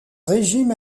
régime